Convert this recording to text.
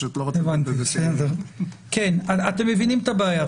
אתם מבינים את הבעיה.